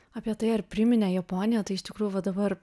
apie tai ar priminė japoniją tai iš tikrųjų va dabar